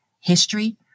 history